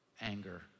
anger